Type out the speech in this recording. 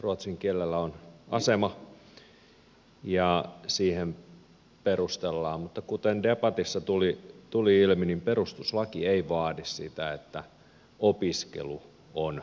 ruotsin kielellä on asema ja siihen perustellaan mutta kuten debatissa tuli ilmi perustuslaki ei vaadi sitä että opiskelu on pakollista